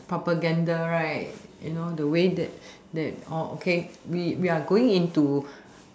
propaganda right you know the way that that okay we are going into